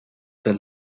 the